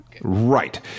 Right